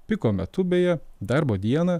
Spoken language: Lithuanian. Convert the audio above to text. piko metu beje darbo dieną